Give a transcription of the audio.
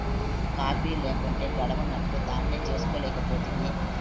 coffee లేకుంటే గడవనప్పుడు దాన్నే చేసుకోలేకపోతివి